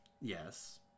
Yes